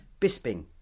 Bisping